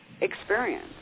experience